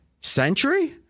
century